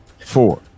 four